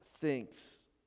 thinks